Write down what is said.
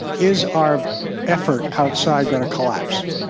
is our effort outside going to collapse?